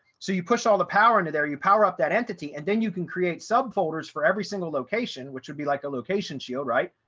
so you push all the power into there, you power up that entity and then you can create subfolders for every single location which would be like a location ah right,